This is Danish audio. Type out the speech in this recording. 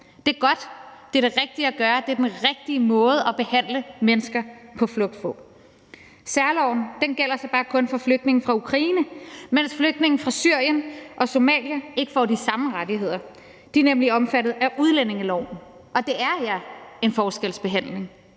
Det er godt, det er det rigtige at gøre, og det er den rigtige måde at behandle mennesker på flugt på. Særloven gælder så bare kun flygtninge fra Ukraine, mens flygtninge fra Syrien og Somalia ikke får de samme rettigheder. De er nemlig omfattet af udlændingeloven, og det er, ja, en forskelsbehandling